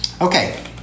Okay